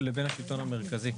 לבין השלטון המרכזי.